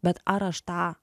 bet ar aš tą